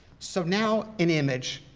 so now an image,